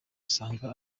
usanga